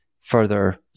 further